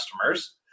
customers